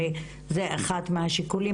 הרי זה אחד מהשיקולים,